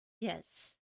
Yes